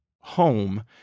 Home